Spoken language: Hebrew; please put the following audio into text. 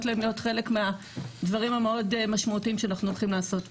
להם להיות חלק מהדברים המאוד משמעותיים שאנחנו הולכים לעשות פה.